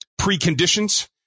preconditions